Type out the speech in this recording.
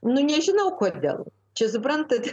nu nežinau kodėl čia suprantat